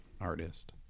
artist